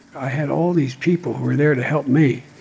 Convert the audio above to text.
i had all these people who were there to help me.